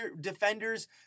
defenders